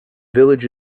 village